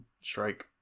strike